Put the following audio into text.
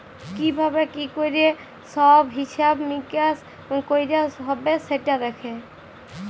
কি ভাবে কি ক্যরে সব হিছাব মিকাশ কয়রা হ্যবে সেটা দ্যাখে